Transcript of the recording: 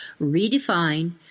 redefine